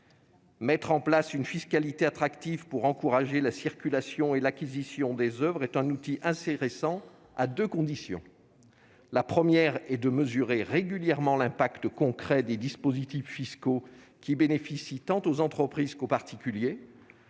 Mettre en place une fiscalité attractive pour encourager la circulation et l'acquisition des oeuvres est un outil intéressant, à deux conditions. La première est de mesurer régulièrement l'effet concret des dispositifs fiscaux qui profitent tant aux entreprises qu'aux particuliers.